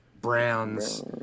Brown's